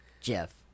Jeff